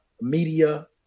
media